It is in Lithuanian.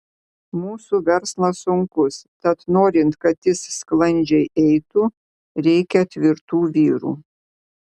mūsų verslas sunkus tad norint kad jis sklandžiai eitų reikia tvirtų vyrų